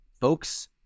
Folks